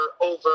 over